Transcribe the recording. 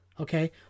Okay